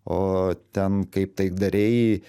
o ten kaip taikdariai